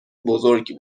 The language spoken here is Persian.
بزرگی